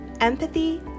Empathy